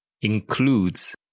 includes